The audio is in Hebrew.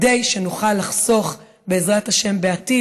כדי שנוכל לחסוך בעתיד,